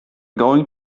going